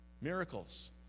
Miracles